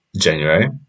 January